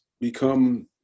become